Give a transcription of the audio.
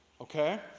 okay